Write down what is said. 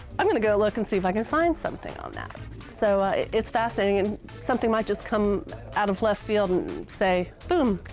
i'm going to go look and see if i can find something on that so it's fascinating and something might just come out of left field and say, boom,